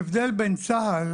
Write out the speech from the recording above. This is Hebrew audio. תודה למיכל שהרמת את הדגל.